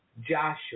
Joshua